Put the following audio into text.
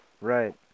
Right